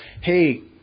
hey